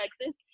Texas